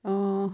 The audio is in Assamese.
অ